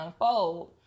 unfold